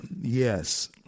Yes